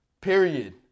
Period